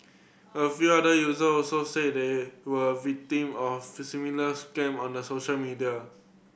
a few other user also said they were victim of fee similar scam on the social media